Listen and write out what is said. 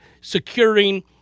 securing